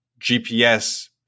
GPS